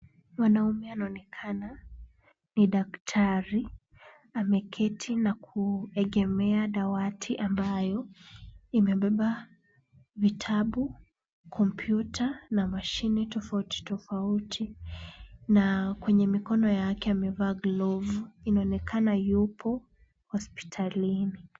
Mwanaume anaonekana ni daktari, ameketi na kuegemea dawati ambayo imebeba vitabu, kompyuta na mashini tofauti tofauti na kwenye mikono yake amevaa glovu. Inaonekana yupo hospitalini.